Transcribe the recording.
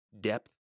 depth